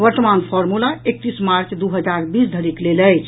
वर्तमान फार्मूला एकतीस मार्च दू हजार बीस धरिक लेल अछि